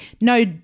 No